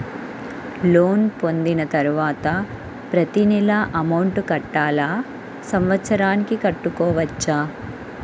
Loan పొందిన తరువాత ప్రతి నెల అమౌంట్ కట్టాలా? సంవత్సరానికి కట్టుకోవచ్చా?